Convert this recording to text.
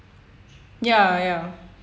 ya ya